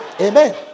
Amen